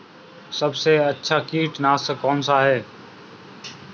सबसे अच्छा कीटनाशक कौनसा है?